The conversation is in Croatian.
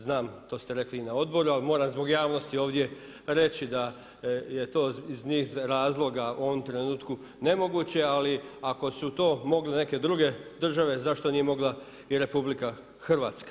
Znam to ste rekli i na odboru, ali moram zbog javnosti ovdje reći daje to iz niz razloga u ovom trenutku nemoguće, ali ako su to mogle neke druge države zašto nije mogla i RH.